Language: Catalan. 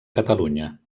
catalunya